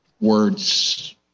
words